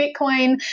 Bitcoin